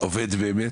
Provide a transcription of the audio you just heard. עובד באמת,